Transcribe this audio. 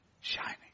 shining